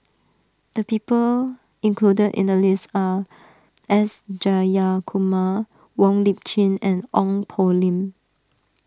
the people included in the list are S Jayakumar Wong Lip Chin and Ong Poh Lim